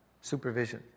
supervision